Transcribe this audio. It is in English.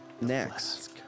Next